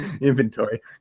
inventory